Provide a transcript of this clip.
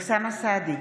אוסאמה סעדי,